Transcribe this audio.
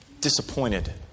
disappointed